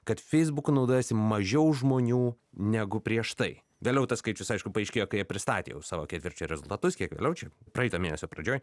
kad feisbuku naudojasi mažiau žmonių negu prieš tai vėliau tas skaičius aišku paaiškėjo kai jie pristatė jau savo ketvirčio rezultatus kiek vėliau čia praeito mėnesio pradžioj